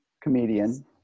comedian